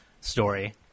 story